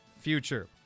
future